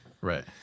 Right